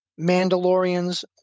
Mandalorians